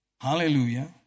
Hallelujah